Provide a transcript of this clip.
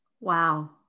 Wow